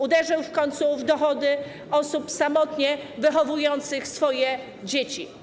Uderzył w końcu w dochody osób samotnie wychowujących swoje dzieci.